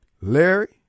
Larry